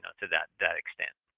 ah to that that extent.